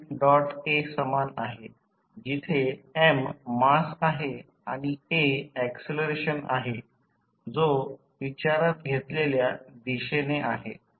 a सामान आहे जिथे m मास आहे आणि a ऍक्सलरेशन आहे जो विचारात घेतलेल्या दिशेने आहे